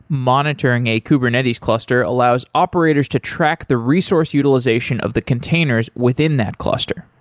monitoring a kubernetes cluster allows operators to track the resource utilization of the containers within that cluster.